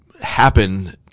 happen